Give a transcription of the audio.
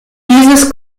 dieses